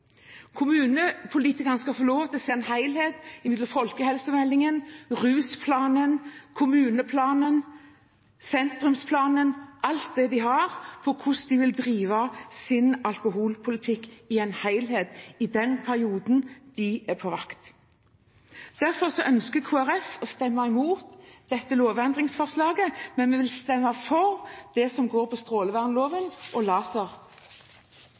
Kommunepolitikerne skal få lov til å se en helhet mellom folkehelsemeldingen, rusplanen, kommuneplanen, sentrumsplanen, alt det de har, for å drive sin alkoholpolitikk i en helhet i den perioden de er på vakt. Derfor ønsker Kristelig Folkeparti å stemme imot dette lovendringsforslaget. Vi vil stemme for det som angår strålevernloven og laser.